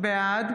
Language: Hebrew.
בעד